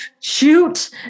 shoot